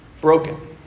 broken